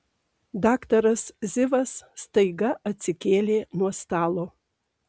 daktaras zivas staiga atsikėlė nuo stalo